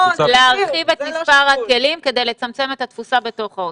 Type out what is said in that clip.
להרחיב את מספר הכלים כדי לצמצם את התפוסה בתוך האוטובוס.